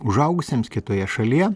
užaugusiems kitoje šalyje